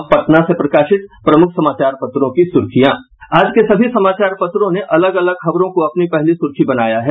अब पटना से प्रकाशित प्रमुख समाचार पत्रों की सुर्खियां आज के सभी समाचार पत्रों ने अलग अलग खबरों को अपनी पहली सुर्खी बनाया है